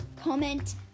Comment